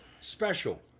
special